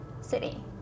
city